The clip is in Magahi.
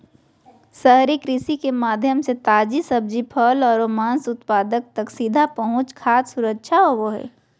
शहरी कृषि के माध्यम से ताजी सब्जि, फल आरो मांस उत्पाद तक सीधा पहुंच खाद्य सुरक्षा होव हई